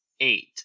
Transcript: eight